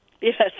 Yes